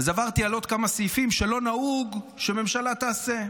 אז עברתי על עוד כמה סעיפים שלא נהוג שממשלה תעשה.